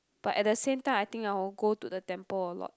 but at the same time I think I will go to the temple a lot